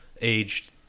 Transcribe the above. aged